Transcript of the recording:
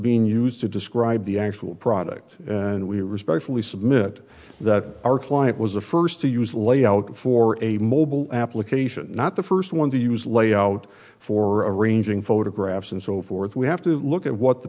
being used to describe the actual product and we respectfully submit that our client was the first to use layout for a mobile application not the first one to use layout for arranging photographs and so forth we have to look at what the